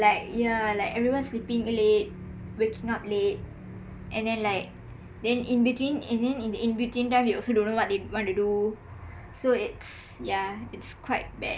like yah like everyone's sleeping late waking up late and then like then in between and then in the in betwwen time you also don't know what what they want to do so it's yah it's quite bad